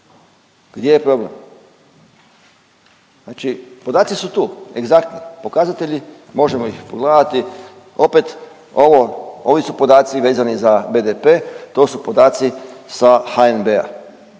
gdje je problem? Znači podaci su tu egzaktni pokazatelji možemo ih pogledati. Opet ovi podaci su vezani za BDP to su podaci sa HNB-a,